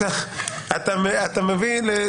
אפשר לעשות את זה מהר מאוד,